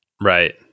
Right